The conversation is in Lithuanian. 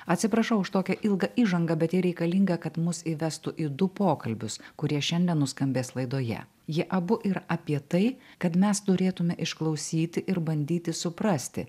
atsiprašau už tokią ilgą įžangą bet ji reikalinga kad mus įvestų į du pokalbius kurie šiandien nuskambės laidoje jie abu ir apie tai kad mes turėtume išklausyti ir bandyti suprasti